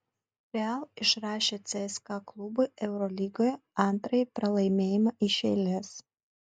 real išrašė cska klubui eurolygoje antrąjį pralaimėjimą iš eilės